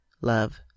Love